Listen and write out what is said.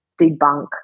debunk